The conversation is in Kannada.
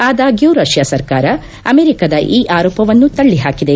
ಆದಾಗ್ಲೂ ರಷ್ಲಾ ಸರ್ಕಾರ ಅಮೆರಿಕದ ಈ ಆರೋಪವನ್ನು ತಳ್ಬಹಾಕಿದೆ